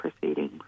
proceedings